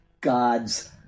god's